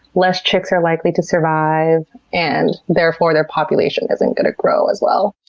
less chicks are likely to survive and therefore their population isn't going to grow as well.